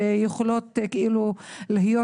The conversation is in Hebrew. ויכולים להיות,